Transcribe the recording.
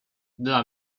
dla